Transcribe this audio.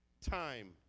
time